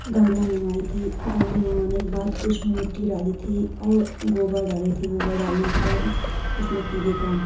गमला मंगवाई थी गमला मंगवाने के बाद उसको उसमें मिट्टी डाली थी और गोबर डाली थी गोबर डालने के बाद उसमें केले का